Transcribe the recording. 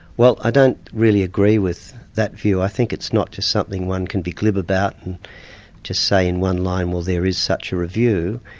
well i don't really agree with that view i think it's not just something one can be glib about and just say in one line, well there is such a view.